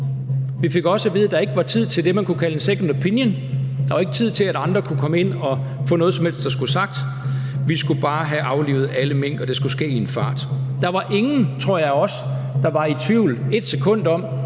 vi fik også at vide, at der ikke var tid til det, man kunne kalde en second opinion, der var ikke tid til, at andre kunne komme ind og få noget som helst at skulle have sagt. Vi skulle bare have aflivet alle mink, og det skulle ske i en fart. Der var ingen, tror jeg, af os, der var i tvivl i ét sekund om,